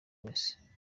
wese